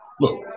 look